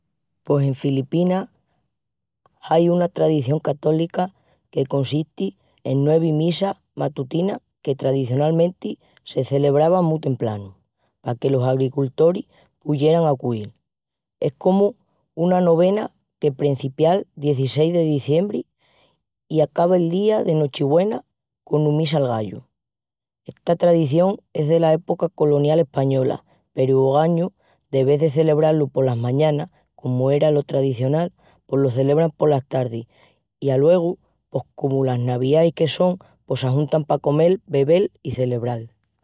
Pos en Filipinas ai una tradición católica que consisti en nuevi misas matutinas que tradicionalmenti se celebravan mu templanu, paque los agricultoris puyeran acuil. Es comu una novena que prencipia'l 16 de deziembri i acaba'l día de Nochigüena cona Misa'l Gallu. Esta tradición es dela epoca colonial española peru ogañu, de vés de celebrá-lu polas mañanas comu era lo tradicional pos lo celebran polas tardis i aluegu pos comu las Naviais que son, pos s'ajuntan pa comel, bebel y celebral.